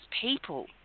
people